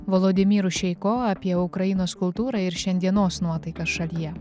volodymyru šeiko apie ukrainos kultūrą ir šiandienos nuotaikas šalyje